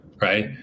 Right